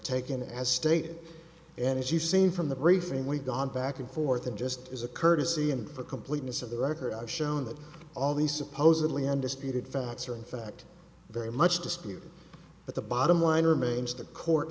taken as stated and as you've seen from the briefing we've gone back and forth and just as a courtesy and the completeness of the record i've shown that all these supposedly undisputed facts are in fact very much disputed but the bottom line remains the court